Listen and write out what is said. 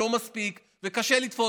לא מספיק וקשה לתפוס.